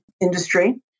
industry